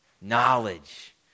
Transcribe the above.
knowledge